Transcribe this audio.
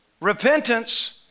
Repentance